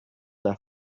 their